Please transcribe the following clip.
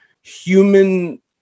human